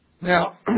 Now